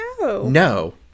no